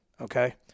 Okay